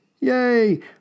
Yay